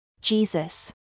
Jesus